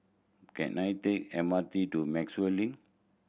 can I take M R T to Maxwell Link